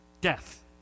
Death